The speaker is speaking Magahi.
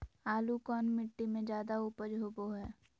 आलू कौन मिट्टी में जादा ऊपज होबो हाय?